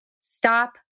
Stop